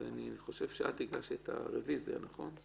אני חושב שאת הגשת את הרביזיה, נכון?